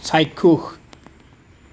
চাক্ষুষ